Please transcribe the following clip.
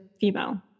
female